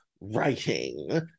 writing